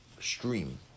stream